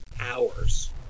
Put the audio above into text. hours